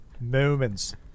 Moments